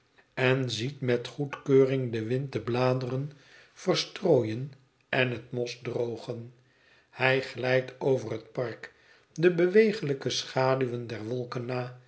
en ziet met goedkeuring den wind de bladeren verstrooien en het mos drogen hij glijdt over het park de beweeglijke schaduwen der wolken